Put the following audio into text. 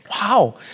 Wow